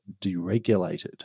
deregulated